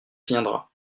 viendra